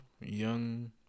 young